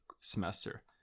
semester